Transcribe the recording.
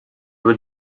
with